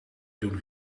doen